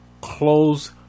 close